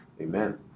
Amen